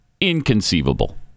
inconceivable